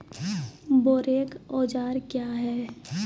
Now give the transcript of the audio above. बोरेक औजार क्या हैं?